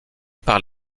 par